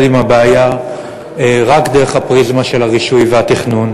עם הבעיה רק דרך הפריזמה של הרישוי והתכנון,